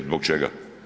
Zbog čega?